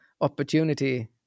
Opportunity